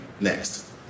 Next